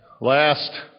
last